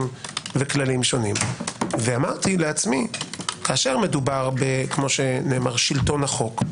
וכללים שונים ואמרתי לעצמי: כאשר מדובר כפי שנאמר בשלטון החוק,